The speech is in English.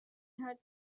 had